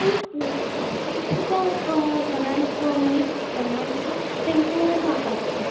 असो एक सुद्दां घरान मनीस आसचो ना जो तांकां नाकारता